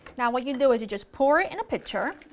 now what you do is you just pour it in a pitcher,